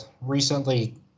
recently